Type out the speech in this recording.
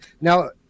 Now